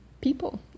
people